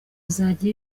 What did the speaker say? izajya